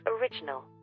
Original